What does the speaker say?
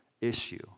issue